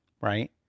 right